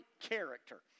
character